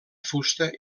fusta